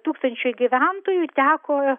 tūkstančiui gyventojų teko